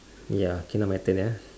ya K now my turn ah